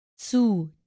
Zu